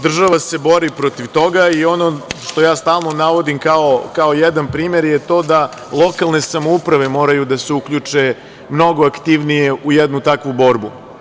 Država se bori protiv toga i ono što ja stalno navodim kao jedan primer je to da lokalne samouprave moraju da se uključe mnogo aktivnije u jednu takvu borbu.